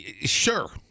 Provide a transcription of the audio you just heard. sure